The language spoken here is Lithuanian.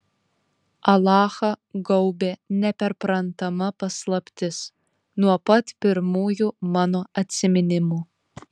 alachą gaubė neperprantama paslaptis nuo pat pirmųjų mano atsiminimų